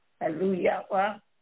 Hallelujah